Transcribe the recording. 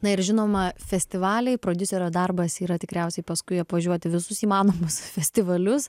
na ir žinoma festivaliai prodiuserio darbas yra tikriausiai paskui apvažiuoti visus įmanomus festivalius